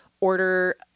order